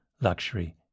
Luxury